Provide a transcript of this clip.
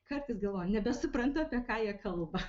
kartais galvoju nebesuprantu apie ką jie kalba